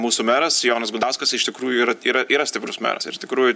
mūsų meras jonas gudauskas iš tikrųjų yra yra yra stiprus meras ir iš tikrųjų